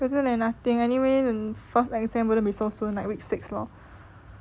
better than nothing anyway the first exam wouldn't be so soon like week six lor